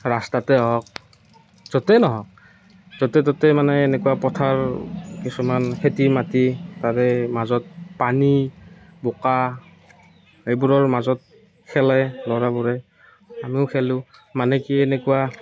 ৰাস্তাতে হওক য'তেই নহওক য'তে ত'তে মানে এনেকুৱা পথাৰ কিছুমান খেতি মাটি তাৰে মাজত পানী বোকা এইবোৰৰ মাজত খেলে ল'ৰাবোৰে আমিও খেলোঁ মানে কি এনেকুৱা